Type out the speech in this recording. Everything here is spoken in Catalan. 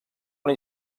una